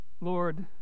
Lord